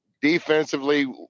defensively